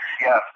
Yes